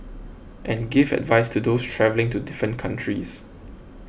and give advice to those travelling to different countries